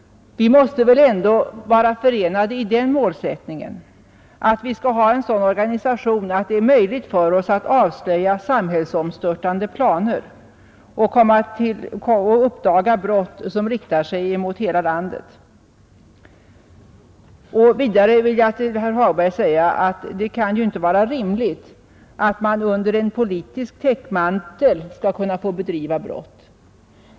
Vi måste väl ändå vara förenade i den målsättningen att vi skall ha en sådan organisation att det är möjligt att avslöja samhällsomstörtande planer och uppdaga brott som riktar sig mot hela landet. Det kan ju, herr Hagberg, inte vara rimligt att man under en politisk täckmantel skall få begå brott.